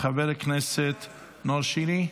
חבר הכנסת נאור שירי,